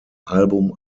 album